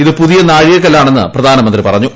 ഇത് പുതിയ നാഴികകല്ലാണെന്ന് പ്രധാനമന്ത്രി പറഞ്ഞു